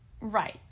Right